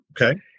Okay